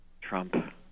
Trump